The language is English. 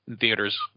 theaters